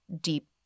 deep